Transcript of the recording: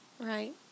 Right